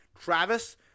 Travis